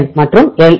என் மற்றும் எல்